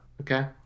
okay